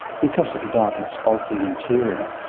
because of the darkness of the interior.